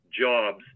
jobs